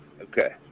Okay